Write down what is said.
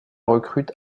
recrute